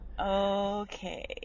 Okay